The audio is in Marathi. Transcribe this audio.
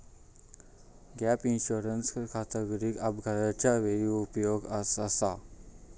गॅप इन्शुरन्स खासकरून अपघाताच्या वेळी उपयुक्त आसा